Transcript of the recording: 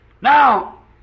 Now